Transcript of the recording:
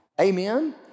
amen